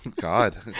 God